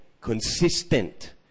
consistent